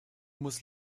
muss